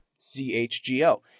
CHGO